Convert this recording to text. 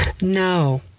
no